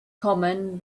common